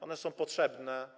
One są potrzebne.